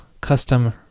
custom